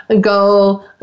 go